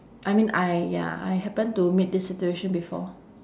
I mean I ya I happen to meet this situation before